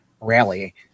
rally